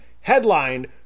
headlined